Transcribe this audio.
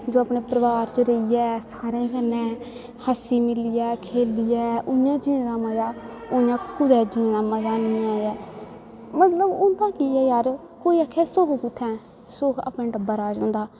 जो अपने परोआर च रेहियै सारें कन्नै हसीं बी लेआ खेलियै उ'यां जीने दा मजा उ'आं कुतै जीने दा मजा निं ऐ मतलब होंदा केह् ऐ जार कोई आक्खै सुख होंदा कु'त्थें सुख अपने टब्बरा च होंदा